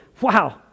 Wow